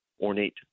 ornate